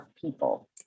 people